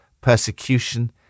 persecution